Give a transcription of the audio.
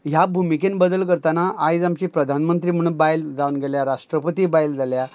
ह्या भुमिकेन बदल करताना आयज आमची प्रधानमंत्री म्हण बायल जावन गेल्या राष्ट्रपती बायल जाल्या